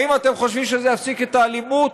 האם אתם חושבים שזה יפסיק את האלימות?